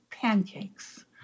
Pancakes